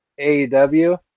AEW